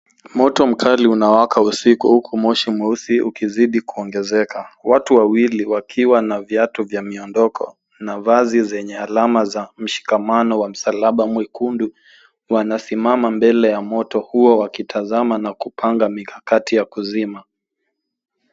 Moto mkali unawaka usiku huku moshi mweusi ukizidi kuongezeka. Watu wawili wakiwa na viatu vya miondoko na vazi zenye alama za mshikamano wa msalaba mwekundu wanasimama mbele ya moto huo wakitazama na kupanga mikakati ya kuzima .